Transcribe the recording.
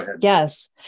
Yes